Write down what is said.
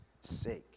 sake